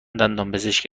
دندانپزشک